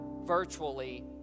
virtually